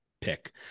pick